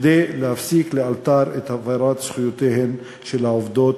כדי להפסיק לאלתר את הפרת זכויותיהן של העובדות,